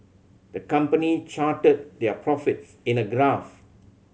the company charted their profits in a graph